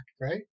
right